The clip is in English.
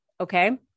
Okay